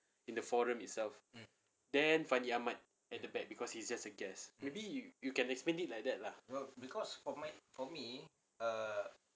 in the forum itself then fandi ahmad at the back because he's just a guest maybe you you can explain it like that lah